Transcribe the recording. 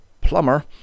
plumber